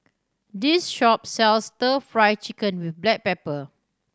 this shop sells Stir Fry Chicken with black pepper